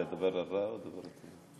זה הדבר הרע או הדבר הטוב?